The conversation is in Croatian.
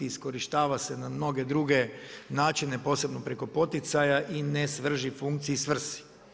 Iskorištava se na mnoge druge načine, posebno preko poticaja i ne služi funkciji, svrsi.